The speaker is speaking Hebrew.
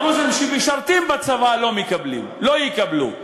הדרוזים שמשרתים בצבא לא מקבלים, לא יקבלו.